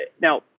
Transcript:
now